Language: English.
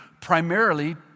primarily